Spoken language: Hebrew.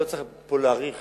לא צריך פה להאריך